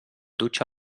dutxa